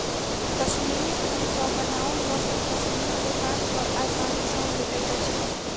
कश्मीरी ऊन सॅ बनाओल वस्त्र कश्मीरी दोकान पर आसानी सॅ भेटैत अछि